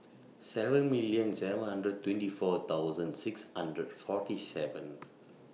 seven million seven hundred twenty four thousand six hundred forty seven